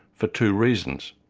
for two reasons.